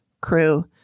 crew